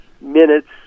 minutes